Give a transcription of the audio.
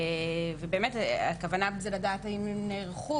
הכוונה לדעת האם נערכו?